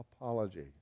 apology